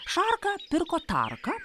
šarka pirko tarką